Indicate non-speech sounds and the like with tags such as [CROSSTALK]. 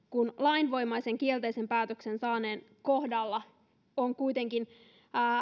[UNINTELLIGIBLE] kun lainvoimaisen kielteisen päätöksen saaneen kohdalla kuitenkin